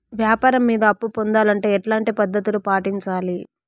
వ్యాపారం మీద అప్పు పొందాలంటే ఎట్లాంటి పద్ధతులు పాటించాలి?